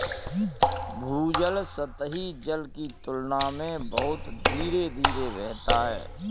भूजल सतही जल की तुलना में बहुत धीरे धीरे बहता है